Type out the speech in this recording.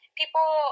people